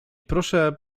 proszę